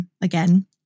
again